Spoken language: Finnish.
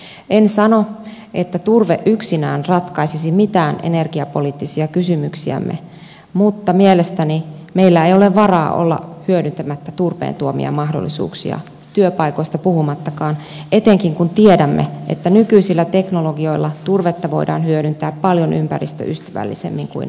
en sano että turve yksinään ratkaisisi mitään energiapoliittisia kysymyksiämme mutta mielestäni meillä ei ole varaa olla hyödyntämättä turpeen tuomia mahdollisuuksia työpaikoista puhumattakaan etenkin kun tiedämme että nykyisillä teknologioilla turvetta voidaan hyödyntää paljon ympäristöystävällisemmin kuin aiempina vuosina